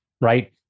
Right